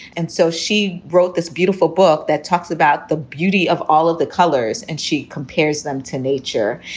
and so she wrote this beautiful book that talks about the beauty of all of the colors and she compares them to nature.